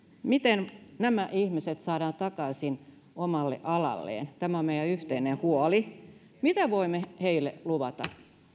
miten nämä ihmiset saadaan takaisin omalle alalleen tämä on meidän yhteinen huoli mitä voimme heille luvata